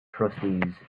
trustees